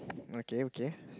okay okay